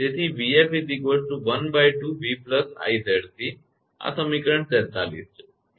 તેથી 𝑉𝑓 ½𝑉 𝑖𝑍𝑐 આ સમીકરણ છે 43 બરાબર